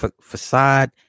facade